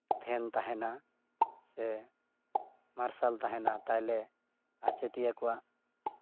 fan ᱛᱟᱦᱮᱱᱟ ᱥᱮ ᱢᱟᱨᱥᱟᱞ ᱛᱟᱦᱮᱱᱟ ᱛᱟᱦᱚᱞᱮ ᱟᱪᱮᱫᱤᱭᱟᱹ ᱠᱚᱣᱟᱜ